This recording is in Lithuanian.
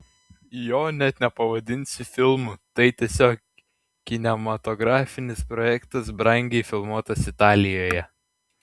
jo net nepavadinsi filmu tai tiesiog kinematografinis projektas brangiai filmuotas italijoje